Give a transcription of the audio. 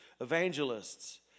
evangelists